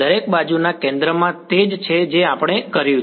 દરેક બાજુના કેન્દ્રમાં તે જ છે જે આપણે કર્યું છે